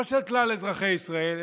לא של כלל אזרחי ישראל,